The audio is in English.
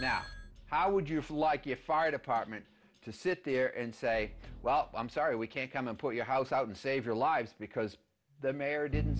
now how would you like your fire department to sit there and say i'm sorry we can't come and put your house out and save your lives because the mayor didn't